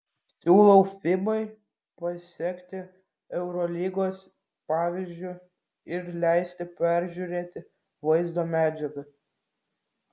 siūlau fibai pasekti eurolygos pavyzdžiu ir leisti peržiūrėti vaizdo medžiagą